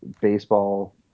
baseball